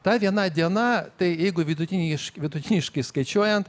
ta viena diena tai jeigu vidutiniš vidutiniškai skaičiuojant